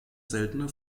seltene